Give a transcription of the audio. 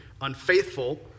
unfaithful